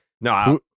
No